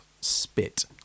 spit